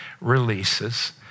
releases